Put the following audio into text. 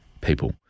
people